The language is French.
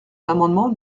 l’amendement